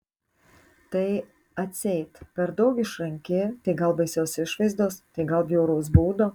tai atseit per daug išranki tai gal baisios išvaizdos tai gal bjauraus būdo